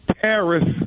Paris